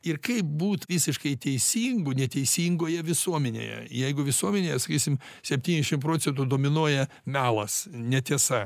ir kaip būt visiškai teisingu neteisingoje visuomenėje jeigu visuomenėje sakysim septyniasdešimt procentų dominuoja melas netiesa